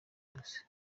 yose